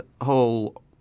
whole